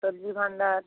সবজি ভাণ্ডার